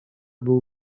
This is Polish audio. był